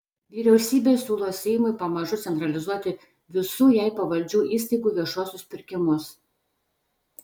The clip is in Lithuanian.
vyriausybė siūlo seimui pamažu centralizuoti visų jai pavaldžių įstaigų viešuosius pirkimus